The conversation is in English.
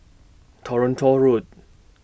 Toronto Road